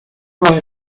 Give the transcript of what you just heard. right